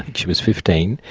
she was fifteen.